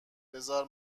بزار